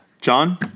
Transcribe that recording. John